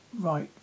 right